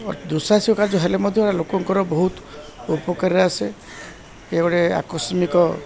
ଦୁଃଶାସିକ କାର୍ଯ୍ୟ ହେଲେ ମଧ୍ୟ ଲୋକଙ୍କର ବହୁତ ଉପକାରରେ ଆସେ ଏ ଗୋଟେ ଆକସ୍ମିକ